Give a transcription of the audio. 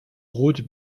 roth